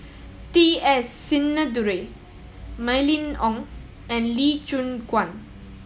T S Sinnathuray Mylene Ong and Lee Choon Guan